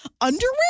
underwear